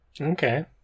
Okay